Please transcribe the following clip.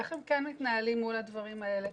איך הם כן מתנהלים מול הדברים האלה.